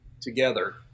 together